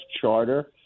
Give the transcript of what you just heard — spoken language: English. Charter